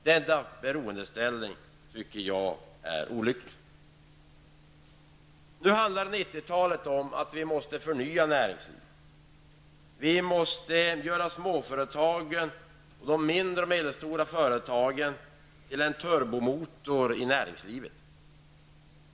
Denna beroendeställning tycker jag är olycklig. Nu handlar 90-talet om att vi måste förnya näringslivet. Vi måste göra småföretagen samt de mindre och medelstora företagen till en turbomotor i näringslivet.